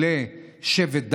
לשבט דן,